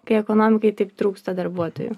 kai ekonomikai taip trūksta darbuotojų